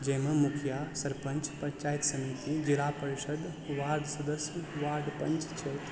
जाहिमे मुखिया सरपंञ्च पंचायत समिति जिला परिषद वार्ड सदस्य वार्ड पॅंच छथि